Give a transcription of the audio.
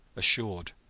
assured.